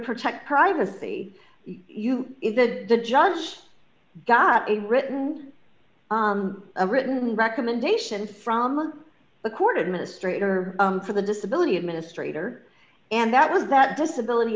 protect privacy you said the judge got a written a written recommendation from the court administrator for the disability administrator and that was that disability